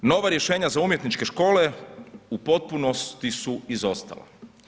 Nova rješenja za umjetničke škole u potpunosti su izostala.